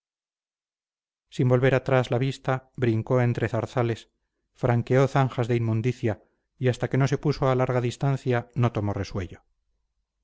sin volver atrás la vista brincó entre zarzales franqueó zanjas de inmundicia y hasta que no se puso a larga distancia no tomó resuello